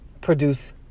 produce